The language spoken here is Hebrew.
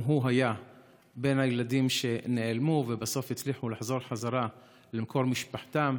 וגם הוא היה בין הילדים שנעלמו ובסוף הצליחו לחזור חזרה למקום משפחתם.